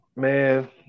Man